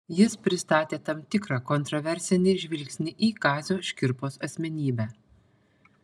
jis pristatė tam tikrą kontraversinį žvilgsnį į kazio škirpos asmenybę